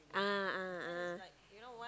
ah ah ah